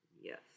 Yes